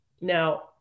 Now